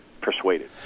persuaded